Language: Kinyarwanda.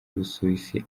busuwisi